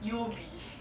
U_O_B